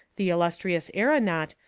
the illustrious aeronaut,